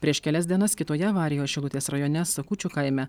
prieš kelias dienas kitoje avarijoj šilutės rajone sakučių kaime